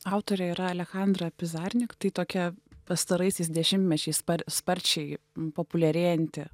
autorė yra alechandra pizarnik tai tokia pastaraisiais dešimtmečiais sparčiai populiarėjanti